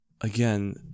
again